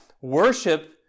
worship